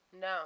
No